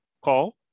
call